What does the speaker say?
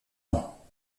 ans